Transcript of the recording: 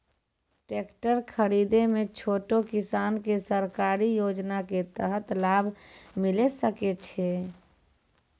Tractor खरीदै मे छोटो किसान के सरकारी योजना के तहत लाभ मिलै सकै छै?